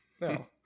no